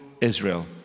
Israel